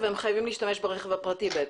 והם חייבים להשתמש ברכב הפרטי.